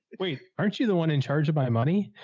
wait, aren't you the one in charge of my money?